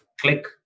click